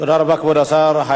כבוד השר, תודה רבה.